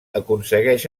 aconsegueix